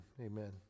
amen